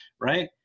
right